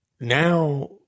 now